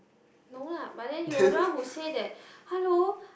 no lah but then you are the one who say that hello